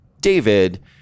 David